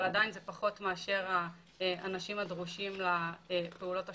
אבל עדיין זה פחות מאשר האנשים הדרושים לפעולות השחתה.